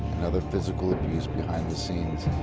and other physical abuse behind the scenes,